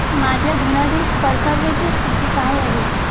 माझ्या धनादेश परताव्याची स्थिती काय आहे?